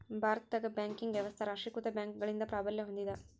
ಭಾರತದಾಗ ಬ್ಯಾಂಕಿಂಗ್ ವ್ಯವಸ್ಥಾ ರಾಷ್ಟ್ರೇಕೃತ ಬ್ಯಾಂಕ್ಗಳಿಂದ ಪ್ರಾಬಲ್ಯ ಹೊಂದೇದ